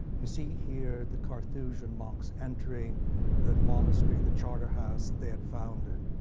you see here the carthusian monks entering the monastery, the charter house that they had founded.